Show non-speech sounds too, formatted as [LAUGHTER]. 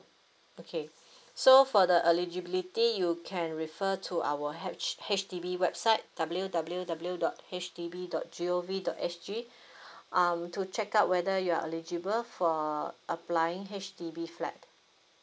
okay so for the eligibility you can refer to our H H_D_B website W W W dot H D B dot G O V dot S G [BREATH] um to check out whether you are eligible for applying H_D_B flat